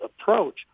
approach